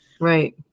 right